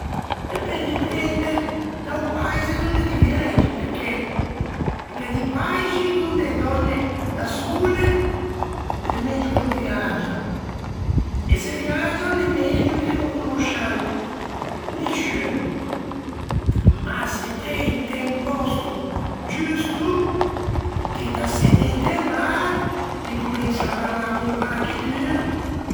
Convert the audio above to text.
Eh bé, dipende da-o Paise donde ti viægi, perché gh'é di Paixi donde e dònne da sole l'é megio che no viagian, e se viagian, l'é megio che no conoscian nisciun, ma se t'ê int'un poòsto giusto, ti t'assetti int'un bar e ti comensi à parlâ con quarchidun.